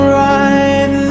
right